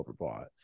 overbought